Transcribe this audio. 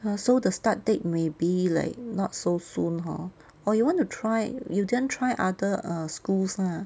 ah so the start date maybe like not so soon hor or you want to try you didn't try other err schools lah